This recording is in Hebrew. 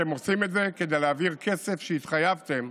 אתם עושים את זה כדי להעביר כסף שהתחייבתם